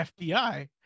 FBI